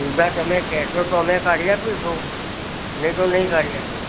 સીધા તમે કહેશો તો અમે કાઢી આપીશું નહીં તો નહીં કાઢી આપીએ